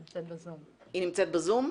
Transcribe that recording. היא נמצאת בזום.